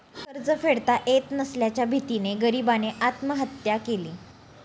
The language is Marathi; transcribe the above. कर्ज फेडता येत नसल्याच्या भीतीने गरीबाने आत्महत्या केली